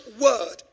word